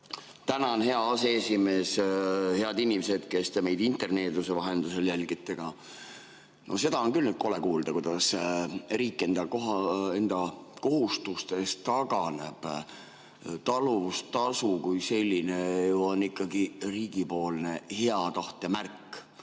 Tänan, hea aseesimees! Head inimesed, kes te meid interneeduse vahendusel jälgite! Seda on küll kole kuulda, kuidas riik enda kohustustest taganeb. Talumistasu kui selline on ikkagi riigipoolne hea tahte märk.